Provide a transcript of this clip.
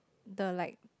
the like